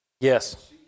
Yes